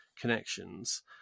connections